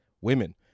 women